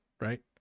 right